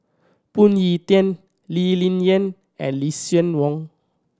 Phoon Yew Tien Lee Ling Yen and Lucien Wang